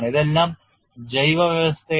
ഇതെല്ലാം ജൈവവ്യവസ്ഥയാണ്